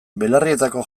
belarrietako